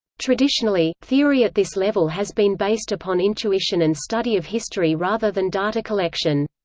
traditionally, theory at this level has been based upon intuition and study of history rather than data collection.